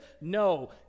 No